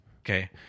Okay